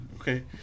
Okay